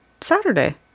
Saturday